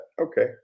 okay